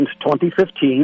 2015